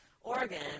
Oregon